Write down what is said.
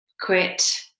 quit